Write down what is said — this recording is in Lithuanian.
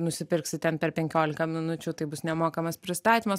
nusipirksi ten per penkiolika minučių tai bus nemokamas pristatymas